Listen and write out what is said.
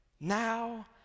Now